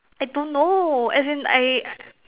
I don't know as in I